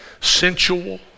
sensual